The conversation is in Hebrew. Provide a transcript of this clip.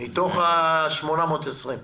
מתוך ה-820.